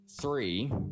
three